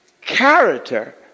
character